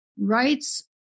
rights